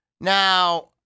Now